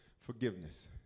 forgiveness